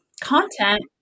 content